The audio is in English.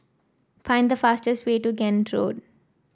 find the fastest way to Kent Road